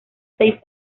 seis